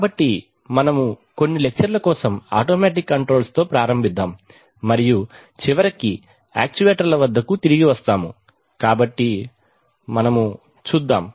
కాబట్టి మనము కొన్ని లెక్చర్ ల కోసం ఆటోమేటిక్ కంట్రోల్స్ తో ప్రారంభిద్దాము మరియు చివరికి యాక్యుయేటర్ల వద్దకు తిరిగి వస్తాము కాబట్టి ఇక మనము చూద్దాం